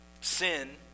sin